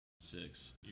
Six